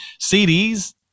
CDs